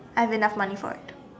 I have enough money for it